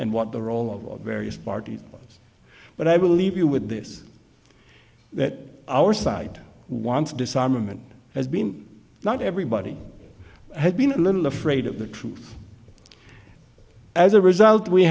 and what the role of various parties but i will leave you with this that our side wants disarmament has been not everybody had been a little afraid of the truth as a result we